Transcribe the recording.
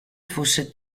fosse